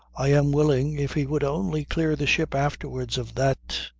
i am willing, if he would only clear the ship afterwards of that.